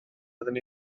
fydden